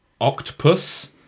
octopus